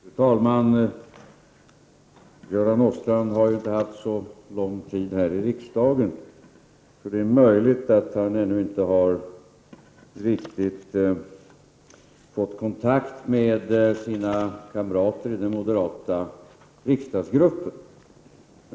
Fru talman! Göran Åstrand har inte varit så lång tid här i riksdagen, så det är möjligt att han ännu inte riktigt har fått kontakt med sina kamrater i den moderata riksdagsgruppen.